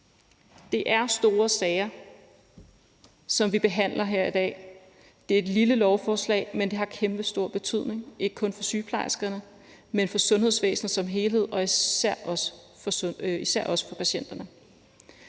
Det er store sager, som vi behandler her i dag. Det er et lille lovforslag, men det har kæmpestor betydning, ikke kun for sygeplejerskerne, men for sundhedsvæsenet som helhed og især også for patienterne.